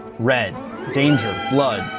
red danger, blood,